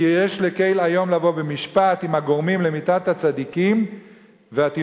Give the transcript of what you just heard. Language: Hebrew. כי יש לקל איום לבוא במשפט עם הגורמים למיתת הצדיקים והתינוקות,